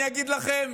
אני אגיד לכם,